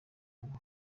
ubu